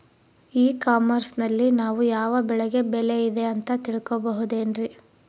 E commerce ನಲ್ಲಿ ನಾವು ಯಾವ ಬೆಳೆಗೆ ಬೆಲೆ ಇದೆ ಅಂತ ತಿಳ್ಕೋ ಬಹುದೇನ್ರಿ?